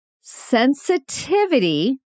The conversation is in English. Sensitivity